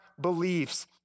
beliefs